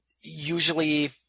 usually